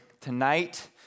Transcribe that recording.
Tonight